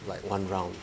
like one round